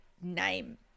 name